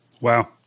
Wow